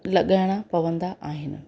लॻाइणा पवंदा आहिनि